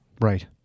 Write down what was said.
right